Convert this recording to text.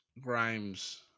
Grimes